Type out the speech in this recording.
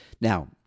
Now